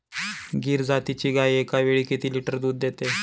गीर जातीची गाय एकावेळी किती लिटर दूध देते?